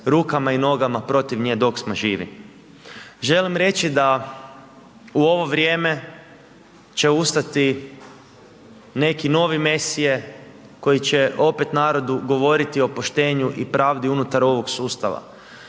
rukama i nogama protiv nje dok smo živi. Želim reći da u ovo vrijeme će ustati neki novi Mesije koji će opet narodu govoriti o poštenju i pravdi unutar ovog sustava.